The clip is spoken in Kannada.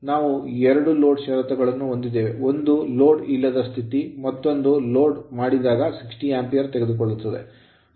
ನಾವು ಎರಡು load ಲೋಡ್ ಷರತ್ತುಗಳನ್ನು ಹೊಂದಿದ್ದೇವೆ ಒಂದು ಲೋಡ್ ಇಲ್ಲದ ಸ್ಥಿತಿ ಮತ್ತೊಂದು ಲೋಡ್ ಮಾಡಿದಾಗ 60 ಆಂಪಿರೆ ತೆಗೆದುಕೊಳ್ಳುತ್ತದೆ